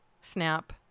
snap